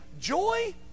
joy